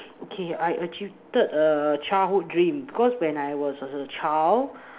okay I achieved a childhood dream because when I was a child